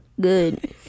good